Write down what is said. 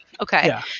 Okay